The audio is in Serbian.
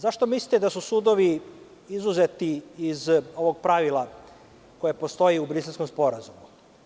Zašto mislite da su sudovi izuzeti iz ovog pravila koje postoji u Briselskom sporazumu?